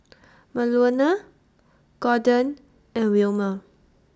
Manuela Gordon and Wilmer